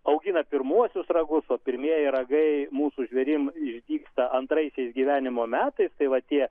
augina pirmuosius ragus o pirmieji ragai mūsų žvėrim išdygsta antraisiais gyvenimo metais tai va tie